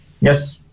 Yes